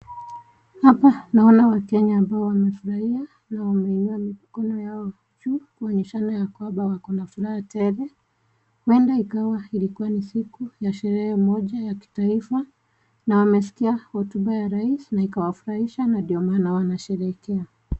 Hapa naona wakenya ambao wamefurahia, naona wameinua mikono yao juu kuonyeshana ya kwamba wako na furaha tele, huenda ya kwamba ilikuwa ni siku ya sherehe moja ya kitaifa na wameskia hotuba ya rais na ikawafurahisha na ndo maana wanasherekea.